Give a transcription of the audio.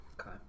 Okay